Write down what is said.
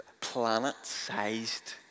planet-sized